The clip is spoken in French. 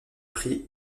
prix